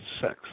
Sex